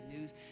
news